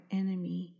enemy